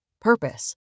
Purpose